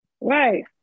right